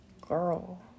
Girl